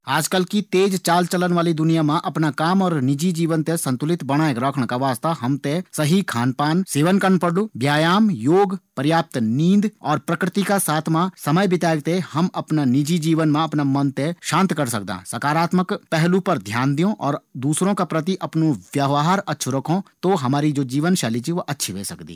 आजकल की तेज चाल चलन वाळी दुनिया मा अपना काम और निजी जीवन मा संतुलन बणे रखणा का वास्ता हम थें सही खानपान कू सेवन करना पड़लू। योग, व्यायाम, प्रयाप्त नींद और प्रकृति का साथ मा समय बितेक थें हम अपना निजी जीवन मा अपना मन थें शांत कर सकदां। सकारात्मक पहलु पर ध्यान द्यो और दूसरा का प्रति अपणु व्यवहार अछू रखो तो हमारी जीवनशैली अच्छी ह्वे सकदी।